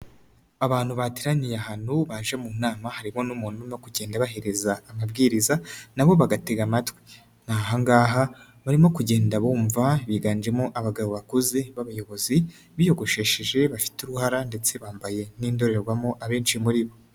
Abantu bateraniye ahantu baje mu nama harimo n'umuntu urimo kugenda ubahereza ababwiriza nabo bagatega amatwi, ni ahangaha barimo kugenda bumva biganjemo abagabo bakuze b'abayobozi biyogoshesheje, bafite uruhara ndetse bambaye nk'indorerwamo abenshi muri bo.